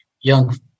young